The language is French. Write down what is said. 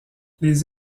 les